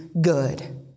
good